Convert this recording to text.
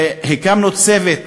והקמנו צוות